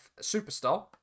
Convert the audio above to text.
superstar